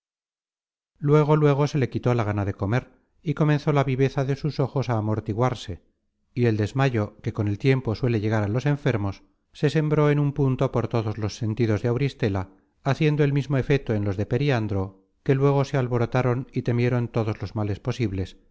luego luego se le quitó la gana de comer y comenzó la viveza de sus ojos á amortiguarse y el desmayo que con el tiempo suele llegar a los enfermos se sembró en un punto por todos los sentidos de auristela haciendo el mismo efeto en los de periandro que luego se alborotaron y temieron todos los males posibles